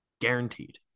guaranteed